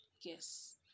yes